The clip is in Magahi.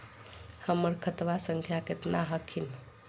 हमर खतवा संख्या केतना हखिन?